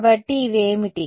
కాబట్టి ఇవి ఏమిటి